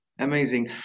Amazing